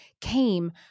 came